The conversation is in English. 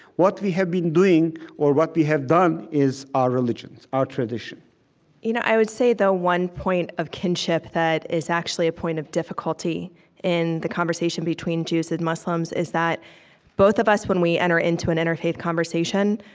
what we have been doing, or what we have done, is our religions, our tradition you know i would say, though, one point of kinship that is actually a point of difficulty in the conversation between jews and muslims is that both of us, when we enter into an interfaith conversation,